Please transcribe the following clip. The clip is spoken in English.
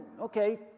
okay